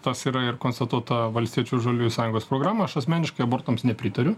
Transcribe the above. tas yra ir konstatuota valstiečių ir žaliųjų sąjungos programoj aš asmeniškai abortams nepritariu